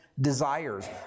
desires